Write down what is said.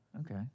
Okay